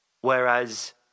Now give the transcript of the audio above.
Whereas